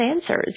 answers